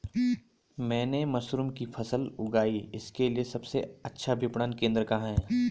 मैंने मशरूम की फसल उगाई इसके लिये सबसे अच्छा विपणन केंद्र कहाँ है?